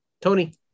Tony